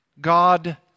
God